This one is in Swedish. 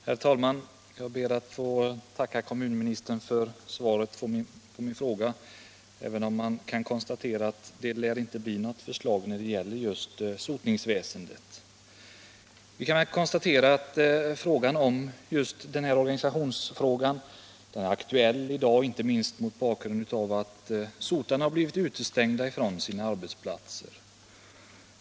Herr talman! Jag ber att få tacka kommunministern för svaret på min fråga, även om jag kan konstatera att det inte lär komma något förslag om sotningsväsendet. Organisationsfrågan inom sotningsväsendet är f.n. aktuell med anledning av att sotarna har blivit utestängda från sina arbetsplatser.